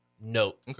note